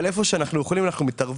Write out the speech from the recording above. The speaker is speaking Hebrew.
אבל בכל מקום שאנחנו יכולים אנחנו מתערבים.